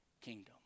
kingdom